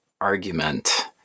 argument